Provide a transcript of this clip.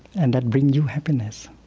and that brings you happiness.